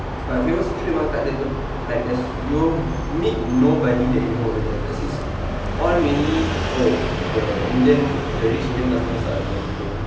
but great old city memang tak ada tempat like you know meet nobody that you know over there because its all mainly oh the indian the rich indian customers are annoying !duh!